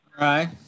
Right